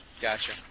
Gotcha